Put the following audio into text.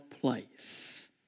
place